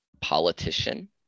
Politician